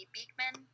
Beekman